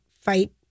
fight